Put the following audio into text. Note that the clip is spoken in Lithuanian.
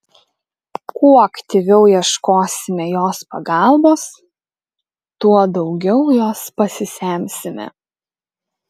kuo aktyviau ieškosime jos pagalbos tuo daugiau jos pasisemsime